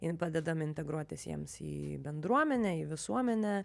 ir padedam integruotis jiems į bendruomenę į visuomenę